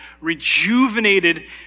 rejuvenated